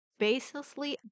baselessly